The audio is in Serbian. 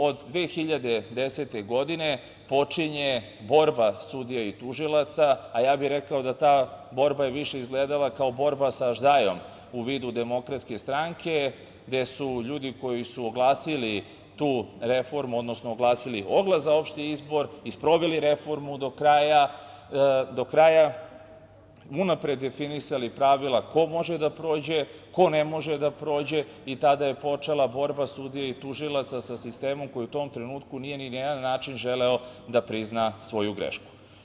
Od 2010. godine počinje borba sudija i tužilaca, a ja bih rekao da je ta borba više izgledala kao borba sa aždajom u vidu DS gde su ljudi koji su oglasili tu reformu, odnosno oglasili oglas za opšti izbor i sproveli reformu do kraja, unapred definisali pravila ko može da prođe, ko ne može da prođe i tada je počela borba sudija i tužilaca sa sistemom koji u tom trenutku nije ni na jedan način želeo da prizna svoju grešku.